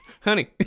Honey